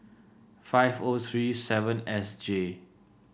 five O three seven S J